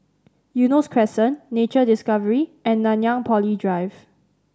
Eunos Crescent Nature Discovery and Nanyang Poly Drive